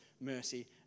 mercy